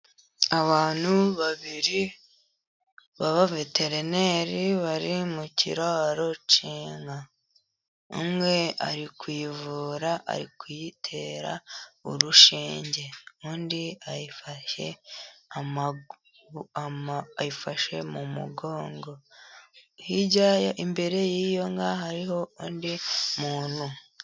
Abantu babiri baba veterineri bari mu kiraro cy'inka, umwe ari kuyivura ari kuyitera urushinge, undi ayifashe amaguru, ayifashe mu mugongo, hirya yayo imbere y'iyo nka hariho undi muntu.